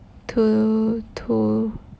to to